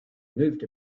moved